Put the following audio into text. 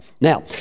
Now